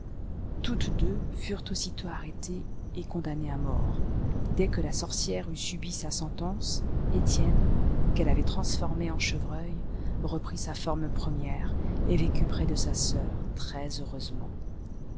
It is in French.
toutes deux furent aussitôt arrêtées et condamnées à mort dès que la sorcière eut subi sa sentence etienne qu'elle avait transformé en chevreuil reprit sa forme première et vécut près de sa sœur